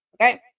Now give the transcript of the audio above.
Okay